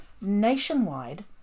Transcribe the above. Nationwide